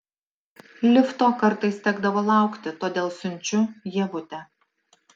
lifto kartais tekdavo laukti todėl siunčiu ievutę